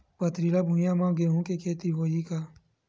पथरिला भुइयां म गेहूं के खेती होही का?